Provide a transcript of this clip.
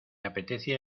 apetece